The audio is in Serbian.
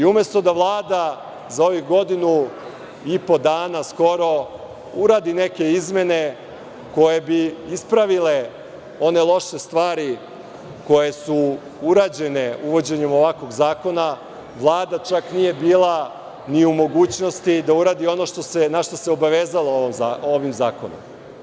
Umesto da Vlada, za ovih godinu i po dana skoro, uradi neke izmene koje bi ispravile one loše stvari koje su urađene uvođenjem ovakvog zakona, Vlada čak nije bila ni u mogućnosti da uradi ono na šta se obavezala ovim zakonom.